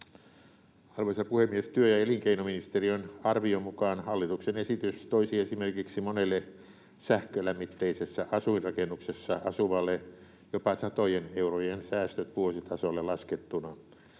Arvoisa puhemies! Työ- ja elinkeinoministeriön arvion mukaan hallituksen esitys toisi esimerkiksi monelle sähkölämmitteisessä asuinrakennuksessa asuvalle jopa satojen eurojen säästöt vuositasolle laskettuna.